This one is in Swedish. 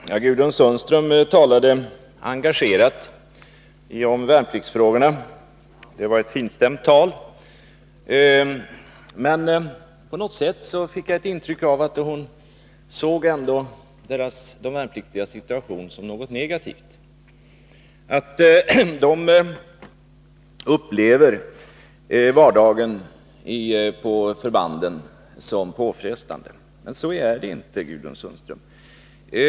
Herr talman! Gudrun Sundström talade engagerat om värnpliktsfrågorna. Det var ett finstämt tal. Men på något sätt fick jag ett intryck av att hon betraktar de värnpliktigas situation som negativ, att de värnpliktiga skulle uppleva vardagen på förbanden som påfrestande. Men så är det inte, Gudrun Sundström!